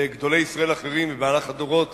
גדולי ישראל אחרים במהלך הדורות,